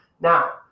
Now